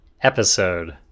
episode